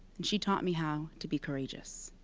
she taught me how to be courageous.